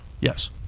Yes